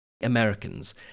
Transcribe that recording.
Americans